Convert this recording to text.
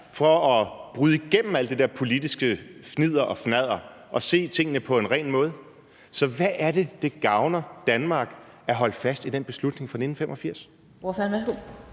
for at bryde igennem alt det der politiske fnidder og fnadder og se tingene på en ren måde. Så hvad er det, det gavner Danmark at holde fast i den beslutning fra 1985?